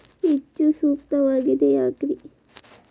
ಹೆಚ್ಚು ಸೂಕ್ತವಾಗಿದೆ ಯಾಕ್ರಿ?